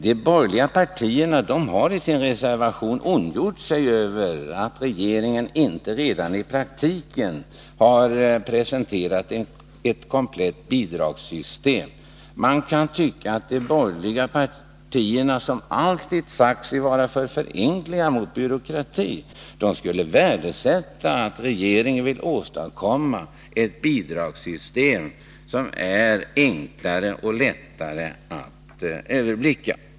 De borgerliga partierna har i sin reservation ondgjort sig över att regeringen inte redan i propositionen har presenterat ett komplett bidragssystem. Man kunde tycka att de borgerliga partierna, som alltid sagt sig vara för förenklingar och mot byråkrati, skulle värdesätta att regeringen vill åstadkomma ett bidragssystem som är enklare och lättare att överblicka.